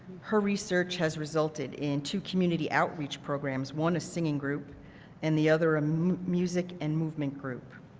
her research has resulted into community outreach programs, one singing group and the other um music and movement group.